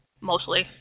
mostly